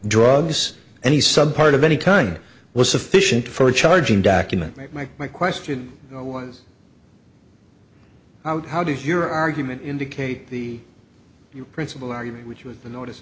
drugs any some part of any kind was sufficient for charging document mike my question was out how does your argument indicate the principal argument which was the notice